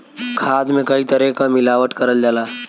खाद में कई तरे क मिलावट करल जाला